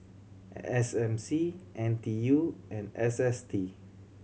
S M C N T U and S S T